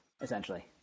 essentially